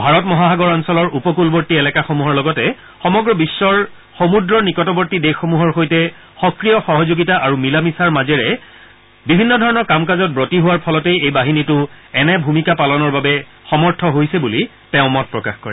ভাৰত মহাসাগৰ অঞ্চলৰ উপকূলৰৰ্ত্তী এলেকাসমূহৰ লগতে সমগ্ৰ বিধৰ সমূহৰ নিকটৱৰ্ত্ী দেশসমূহৰ সৈতে সক্ৰিয় সহযোগিতা আৰু মিলা মিছাৰ মাজেৰে বিভিন্ন ধৰণৰ কাম কাজত ৱতী হোৱাৰ ফলতেই এই বাহিনীটো এনে ভূমিকা পালনৰ বাবে সমৰ্থ হৈছে বুলি তেওঁ মত প্ৰকাশ কৰে